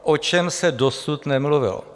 O čem se dosud nemluvilo?